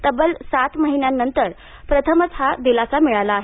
तब्बल सात महिन्यानंतर प्रथमच हा दिलासा मिळाला आहे